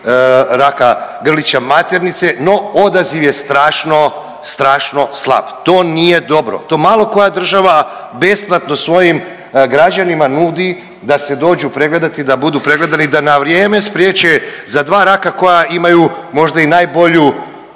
raka grlića maternice, no odaziv je strašno, strašno slab. To nije dobro, to malo koja država besplatno svojim građanima nudi da se dođu pregledati i da budu pregledani i da na vrijeme spriječe za dva raka koja imaju možda i najbolju